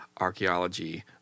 archaeology